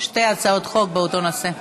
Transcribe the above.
שתי הצעות חוק באותו נושא.